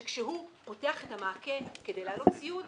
שכשהוא פותח את המעקה כדי להעלות ציוד,